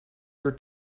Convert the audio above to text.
your